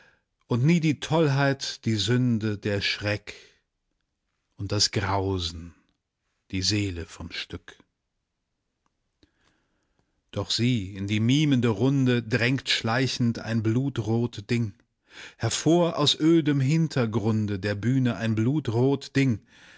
und nie die tollheit die sünde der schreck und das grausen die seele vom stück doch sieh in die mimende runde drängt schleichend ein blutrot ding hervor aus ödem hintergrunde der bühne ein blutrot ding